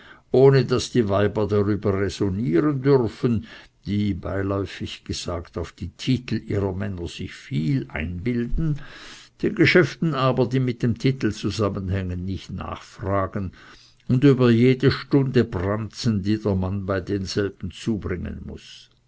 ohne daß die weiber darüber räsonnieren dürfen die beiläufig gesagt auf die titel ihrer männer sich viel einbilden den geschäften aber die mit dem titel zusammenhängen nicht nachfragen und über manche stunde branzen die der mann bei denselben zubringen muß